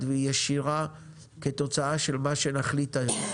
וישירה כתוצאה של מה שנחליט היום.